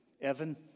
Evan